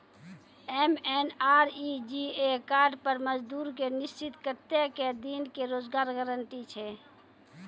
MNREGA card पर मजदुर के निश्चित कत्तेक दिन के रोजगार गारंटी छै?